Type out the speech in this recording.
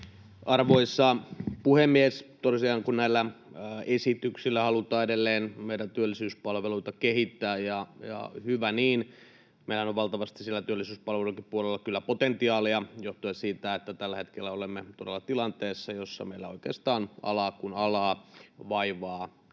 Arvoisa puhemies! Tosiaan näillä esityksillä halutaan edelleen kehittää meidän työllisyyspalveluitamme, ja hyvä niin. Meillähän on valtavasti siellä työllisyyspalvelujenkin puolella kyllä potentiaalia johtuen siitä, että tällä hetkellä olemme todella tilanteessa, jossa meillä oikeastaan alaa kuin alaa vaivaa